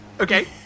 Okay